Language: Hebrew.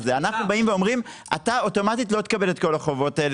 אז אנחנו באים ואומרים: אתה אוטומטית לא תקבל את כל החובות האלה,